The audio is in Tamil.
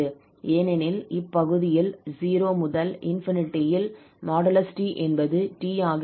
ஏனெனில் இப்பகுதியில் 0 முதல் ∞ ல் | 𝑡 | என்பது t ஆக இருக்கும்